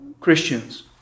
Christians